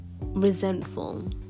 resentful